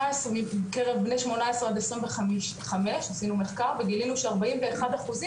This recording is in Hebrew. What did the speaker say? בני 18 עד 25 עשינו מחקר וגילינו ש-41 אחוזים